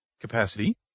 capacity